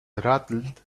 rattled